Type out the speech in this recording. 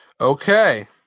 Okay